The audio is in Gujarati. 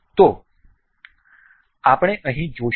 તો આપણે અહીં જોશું